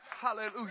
Hallelujah